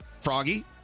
Froggy